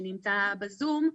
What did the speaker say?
שנמצא בזום,